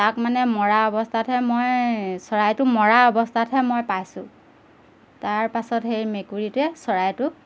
তাক মানে মৰা অৱস্থাতহে মই চৰাইটো মৰা অৱস্থাতহে মই পাইছোঁ তাৰ পাছত সেই মেকুৰীটোৱে চৰাইটোক